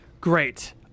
Great